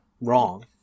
wrong